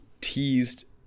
teased